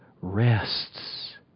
rests